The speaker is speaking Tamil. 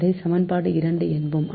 இதை சமன்பாடு 2 என்போம்